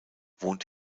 wohnt